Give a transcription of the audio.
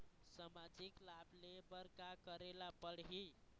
सामाजिक लाभ ले बर का करे ला पड़ही?